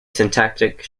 syntactic